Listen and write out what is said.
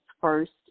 first